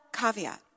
caveat